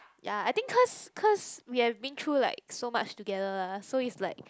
yea I think cause cause we have been through like so much together lah so it's like